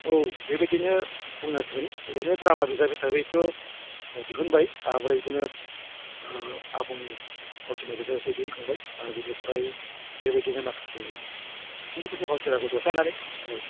औ बेबायदिनो बुंनांसिगोन ओरैनो द्रामा बिजाब हिसाबैथ' दिहुनबाय ओमफ्राय बिदिनो आबुं फावथिना बिदायहरसे दिहुनखांबाय आरो बेनिफ्राय बेबायदिनो माखासे खिन्थिफेरै भावथिनाखौ जथायनानै औ